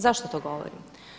Zašto to govorim?